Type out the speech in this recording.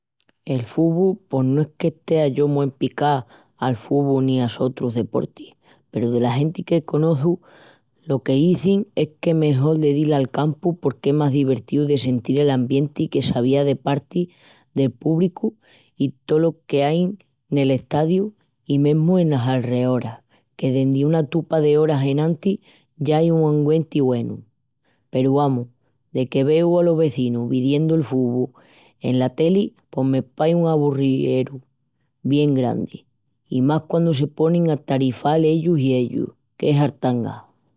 El fubu pos no es que estea yo mu empicá al fubu ni a sotrus deportis. Peru dela genti que conoçu lo qu'izin es que mejol de dil al campu porque es más divertíu de sentil el ambienti que s'avía de parti del púbricu i tolo qu'ai nel estadiu i mesmu enas alreorás que dendi una tupa d'oras enantis ya ai un ambienti güenu. Peru amus, deque veu alos vezinus videndu el fubu ena teli pos me pahi un aburrieru bien grandi, i más quandu se ponin a tarifal ellus i ellus. Qué hartanga!